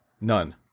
none